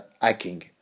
hacking